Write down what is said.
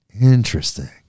Interesting